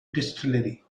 distillery